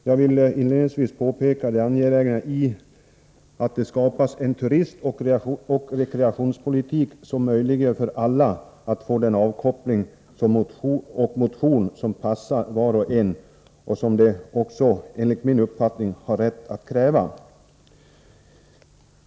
Herr talman! Inledningsvis vill jag understryka det angelägna i att det skapas en turistoch rekreationspolitik som möjliggör för alla att få den avkoppling och motion som passar bäst och som alla, enligt min uppfattning, också har rätt att kräva.